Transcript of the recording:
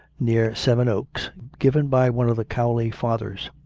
near sevenoaks, given by one of the cowley fathers.